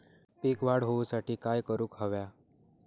पीक वाढ होऊसाठी काय करूक हव्या?